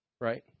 right